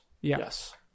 Yes